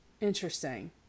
interesting